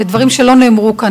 ודברים שלא נאמרו כאן,